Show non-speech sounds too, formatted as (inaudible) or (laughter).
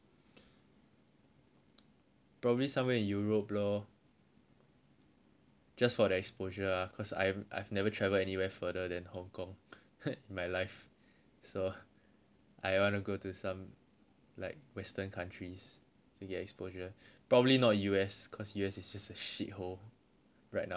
probably somewhere in europe loh just for the exposure cause I have never travelled anywhere further than Hong Kong in my life so I want to go to some like western countries to get some exposure probably not U_S cause U_S is just a shit hole right now (noise)